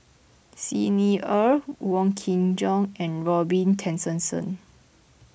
Xi Ni Er Wong Kin Jong and Robin Tessensohn